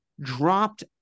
dropped